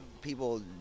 people